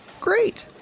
Great